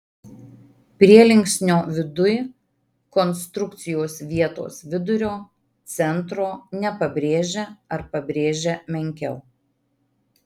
prielinksnio viduj konstrukcijos vietos vidurio centro nepabrėžia ar pabrėžia menkiau